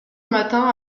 matin